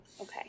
okay